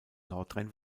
nordrhein